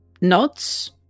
nods